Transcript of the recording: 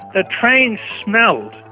the train smelled,